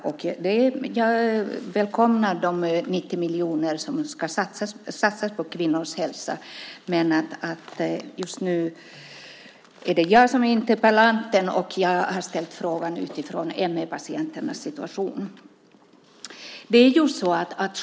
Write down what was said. Jag välkomnar de 90 miljoner som ska satsas på kvinnors hälsa, men just nu är det jag som är interpellant, och jag har ställt frågan utifrån ME-patienternas situation.